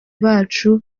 bacu